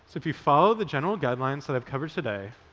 if you follow the general guidelines that i've covered today,